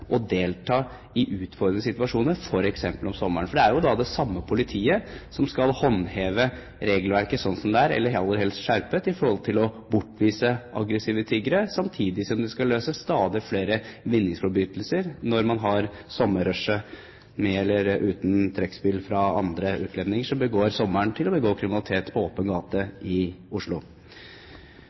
og delta i utfordrende situasjoner, f.eks. om sommeren. Det er jo det samme politiet som skal håndheve regelverket slik som det er – eller aller helst skjerpet – når det gjelder å bortvise aggressive tiggere, samtidig som de skal løse stadig flere vinningsforbrytelser når man har sommerrushet med andre utlendinger, med eller uten trekkspill, som bruker sommeren til å begå kriminalitet på åpen gate i Oslo.